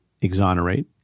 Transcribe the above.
exonerate